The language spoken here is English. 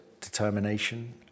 determination